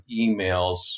emails